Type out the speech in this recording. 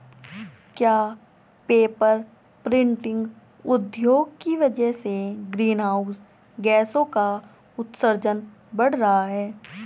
क्या paper printing उद्योग की वजह से ग्रीन हाउस गैसों का उत्सर्जन बढ़ रहा है?